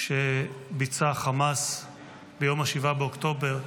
שביצע חמאס ביום 7 באוקטובר,